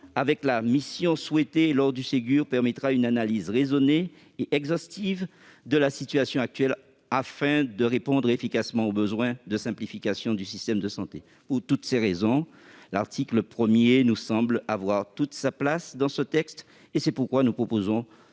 à l'occasion du Ségur, ce rapport permettra une analyse raisonnée et exhaustive de la situation actuelle, qui contribuera à répondre efficacement au besoin de simplification du système de santé. Pour toutes ces raisons, l'article 1 nous semble avoir toute sa place dans ce texte ; c'est pourquoi nous proposons